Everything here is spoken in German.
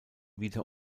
wieder